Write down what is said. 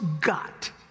got